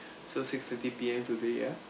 so six thirty P_M today ya